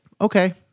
okay